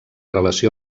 relació